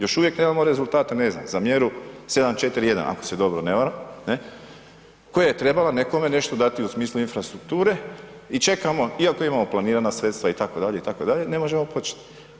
Još uvijek nema rezultate ne znam za mjeru 7.4.1. ako se dobro ne varam, koja je trebala nekome nešto dati u smislu infrastrukture i čekamo iako imamo planirana sredstva itd., itd. ne možemo početi.